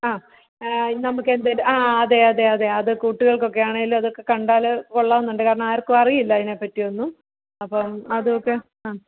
ആ നമുക്ക് എന്തേലും ആ അതെ അതെ അതെ അത് കുട്ടികൾക്കൊക്കെ ആണേൽ അതൊക്കെ കണ്ടാൽ കൊള്ളവുന്നുണ്ട് കാരണം ആർക്കും അറിയില്ല അതിനെപ്പറ്റി ഒന്നും അപ്പോൾ അതും ഒക്കെ ആ